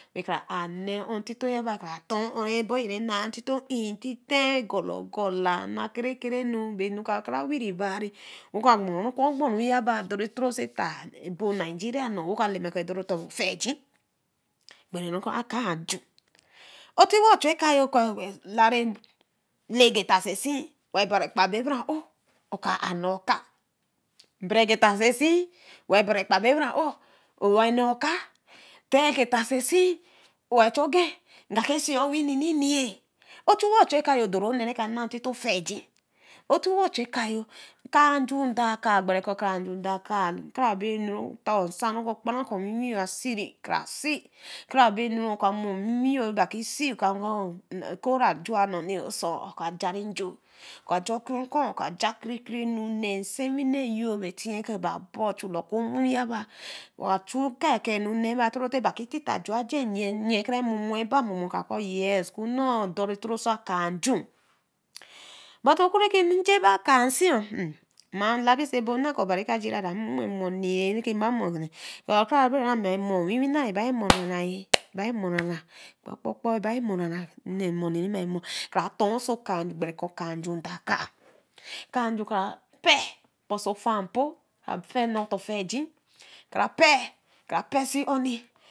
Wẽ kra a nee or tito yaba kra. tin oh a ɛborũ naa tito intite golagola naa kere kerenu be nu ka kra werri ba-ɛh wo ka gwa ku ogbire-yaba dor thro so ɛta nigera nor wo ka lana kɔ̃ dor ɛta ofiijii gbere akaa ju untiwo chu ɛka kɔ’ olari osi le gita so sii wa bra ɛkpabe bra oo oka ah nee oka bere gita so sii wii bra ɛkpa be bra oo owa nee oka otae giya so sii wii chu oge nga ke ɛsi owee nene-ɛh o tiwa chu ɛka-you doro nee reke naa ntito ofiugii oh tiwa chu ɛka yor aka ju dor akaa gbere kɔ̃ akaa ju doaka kra be nu tor nsa reke gbere kɔ̃ akaa ju doaka kra-be nu tor nsa reke gbara kɔ̃ owiwi-yor asiri kra si krabenu oka mo owiwi reba ke si ka nee ɛkooh chua noni osoi oka ga rejo oka cha oke-oku oja kerekerenu nee sewini yor be tii kɔ̃ naa bor chuala oku mo yaba-ɛh wa chu kaka nu naeba tii kere tita ju aje nnyii bre kara momuu ba momo oka kɔ̃ yes kɔ̃nor dore tro oso akaa nju but oku enu ja ba’ akabi ih ma labi oso ɛbo nna kɔ̃ obari ka jira-ɛh nmomoni reke reba mo krabe oh mẽ mo owiwi naa reba nara yẽ kpo kpo reba mora nee monẽ re mi mo kra dorso akaa ju gbere kɔ̃ akaa ju dor akaa kaa ju kra pee boso ofa-n-mpo kra pee nee ɛta offiijii kra pee kra pee si onẽ